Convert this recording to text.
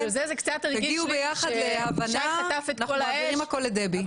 תגיעו יחד להבנה ואנחנו מעבירים הכול לדבי.